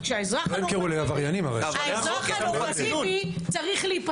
אבל האזרח הנורמטיבי --- הם לא ימכרו לעבריינים,